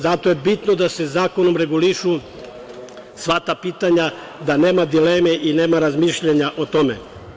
Zato je bitno da se zakonom regulišu sva ta pitanja da nema dileme i nema razmišljanja o tome.